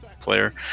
player